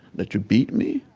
that you beat me,